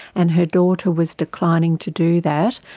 and her daughter was declining to do that.